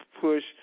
push